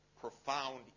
profound